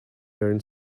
learn